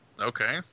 Okay